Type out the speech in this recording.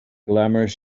glamorous